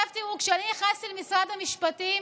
כשאני נכנסתי למשרד המשפטים